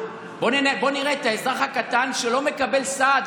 בוא נראה את האזרח הקטן שלא מקבל סעד,